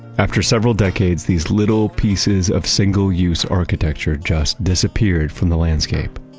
after several decades, these little pieces of single-use architecture just disappeared from the landscape.